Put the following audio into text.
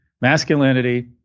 masculinity